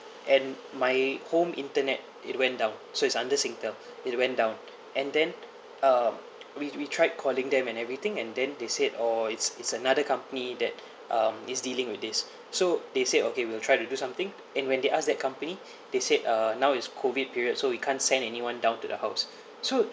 and my home internet it went down so it's under singtel it went down and then uh we we tried calling them and everything and then they said orh it's it's another company that um is dealing with this so they said okay we will try to do something and when they asked that company they said uh now is COVID period so we can't send anyone down to the house so